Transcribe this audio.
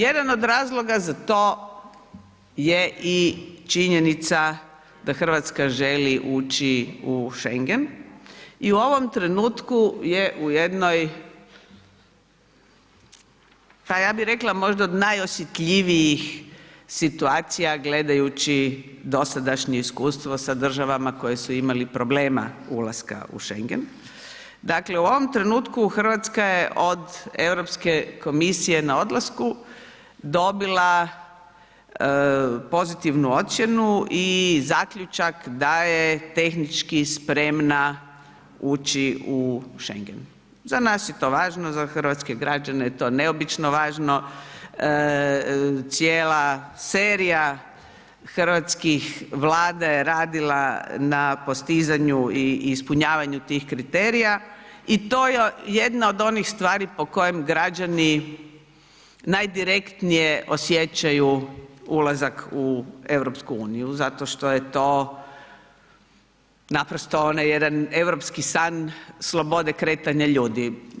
Jedan od razloga za to je i činjenica da RH želi ući u Schengen i u ovom trenutku je u jednoj, pa ja bi rekla možda od najosjetljivijih situacija gledajući dosadašnje iskustvo sa državama koje su imali problema ulaska u Schengen, dakle u ovom trenutku RH je od Europske komisije na odlasku dobila pozitivnu ocjenu i zaključak da je tehnički spremna ući u Schengen, za nas je to važno, za hrvatske građane je to neobično važno, cijela serija hrvatske Vlade radila na postizanju i ispunjavanju tih kriterija i to je jedna od onih stvari po kojem građani najdirektnije osjećaju ulazak u EU, zato što je to naprosto onaj jedan europski san slobode kretanja ljudi.